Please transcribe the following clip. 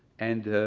and